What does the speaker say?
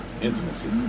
Intimacy